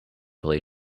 play